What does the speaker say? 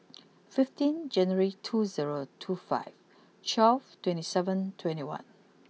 fifteen January two zero two five twelve twenty seven twenty one